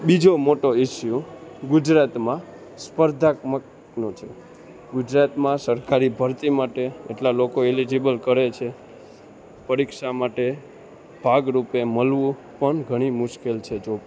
બીજો મોટો ઇશ્યુ ગુજરાતમાં સ્પર્ધાત્મકનો છે ગુજરાતમાં સરકારી ભરતી માટે એટલા લોકો એલિજીબલ કરે છે પરીક્ષા માટે ભાગરૂપે મળવું પણ ઘણી મુશ્કેલ છે જોબ